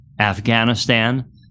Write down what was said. Afghanistan